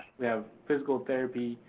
we have physical therapy.